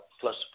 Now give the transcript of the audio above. plus